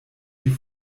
die